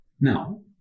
Now